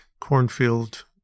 cornfield